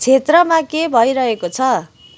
क्षेत्रमा के भइरहेको छ